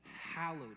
hallowed